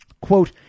quote